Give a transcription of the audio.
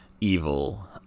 evil